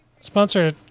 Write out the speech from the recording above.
sponsor